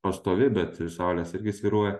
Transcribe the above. pastovi bet ir saulės irgi svyruoja